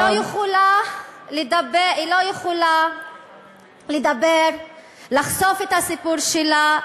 --- היא לא יכולה לדבר, לחשוף את הסיפור שלה.